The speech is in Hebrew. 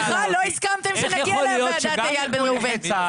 סליחה, לא הסכמתם שנגיע לוועדת איל בן ראובן.